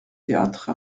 théâtre